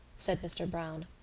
said mr. browne.